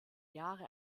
jahre